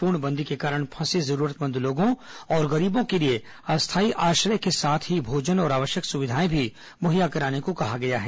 पूर्णबंदी के कारण फंसे जरूरतमंद लोगों और गरीबों के लिए अस्थायी आश्रय के साथ ही भोजन और आवश्यक सुविधाएं भी मुहैया कराने को भी कहा गया है